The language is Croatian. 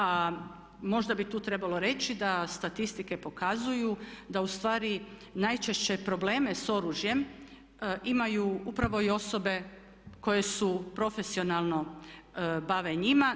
A možda bi tu trebalo reći da statistike pokazuju da u stvari najčešće probleme sa oružjem imaju upravo i osobe koje se profesionalno bave njima.